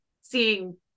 seeing